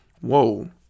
Whoa